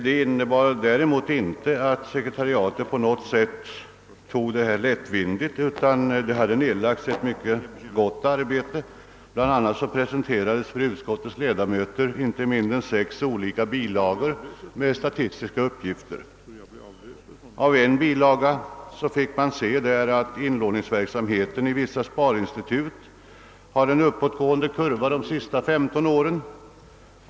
Det innebar dock inte att sekretariatet på något sätt hade tagit lättvindigt på detta ärende, utan det hade nedlagts ett mycket gott arbete i frågan. Bland annat presenterades för utskottets ledamöter inte mindre än sex bilagor med statistiska uppgifter. Av en bilaga framgick att inlåningsverksamheten i vissa sparinstitut beskrivit en uppåtgående kurva under de senaste 15 åren.